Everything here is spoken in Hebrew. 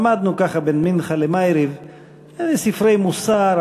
למדנו ככה בין מנחה למעריב ספרי מוסר,